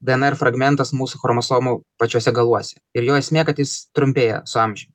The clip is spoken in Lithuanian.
dnr fragmentas mūsų chromosomų pačiuose galuose ir jų esmė kad jis trumpėja su amžium